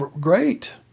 great